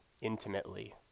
intimately